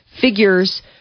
Figures